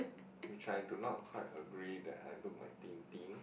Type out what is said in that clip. which I do not quite agree that I look like Tintin